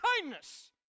kindness